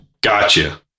Gotcha